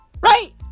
right